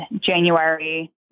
January